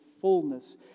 fullness